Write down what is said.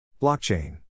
Blockchain